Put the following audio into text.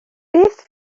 beth